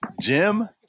Jim